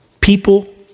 people